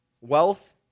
wealth